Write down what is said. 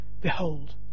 Behold